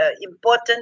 important